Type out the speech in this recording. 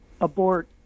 abort